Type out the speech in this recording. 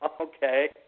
Okay